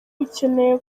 ukeneye